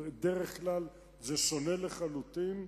בדרך כלל זה שונה לחלוטין,